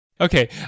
Okay